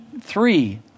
Three